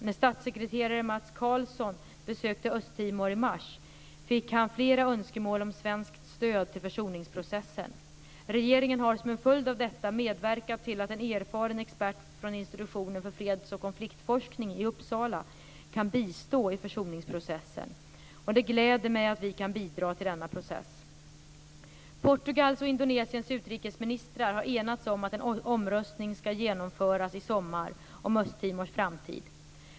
När statssekreterare Mats Karlsson besökte Östtimor i mars, fick han flera önskemål om svenskt stöd till försoningsprocessen. Regeringen har som en följd av detta medverkat till att en erfaren expert från Institutionen för freds och konfliktforskning i Uppsala kan bistå i försoningsprocessen. Det gläder mig att vi kan bidra till denna process. Portugals och Indonesiens utrikesministrar har enats om att en omröstning skall genomföras i sommar om Östtimors framtid.